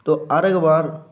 তো আর একবার